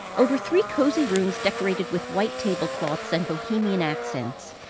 over three cozy rooms decorated with white tablecloths and bohemian accents,